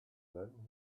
then